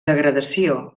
degradació